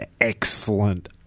excellent